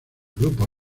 grupos